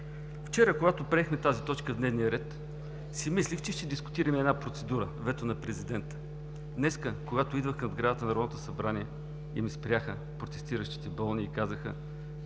Вчера, когато приехме тази точка в дневния ред, си мислех, че ще дискутираме една процедура – вето на Президента. Днес, когато идвах към сградата на Народното събрание и ме спряха протестиращите болни, и ми казаха: